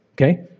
Okay